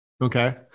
okay